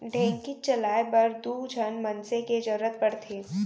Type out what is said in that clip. ढेंकीच चलाए बर दू झन मनसे के जरूरत पड़थे